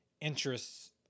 interests